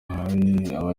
amakimbirane